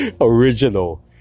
original